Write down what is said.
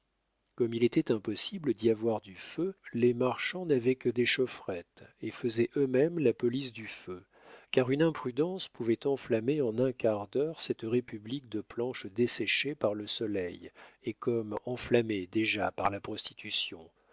comme il était impossible d'y avoir du feu les marchands n'avaient que des chaufferettes et faisaient eux-mêmes la police du feu car une imprudence pouvait enflammer en un quart d'heure cette république de planches desséchées par le soleil et comme enflammées déjà par la prostitution